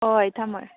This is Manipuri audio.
ꯍꯣꯏ ꯍꯣꯏ ꯊꯝꯃꯒꯦ